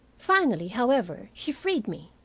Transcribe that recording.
finally, however, she freed me,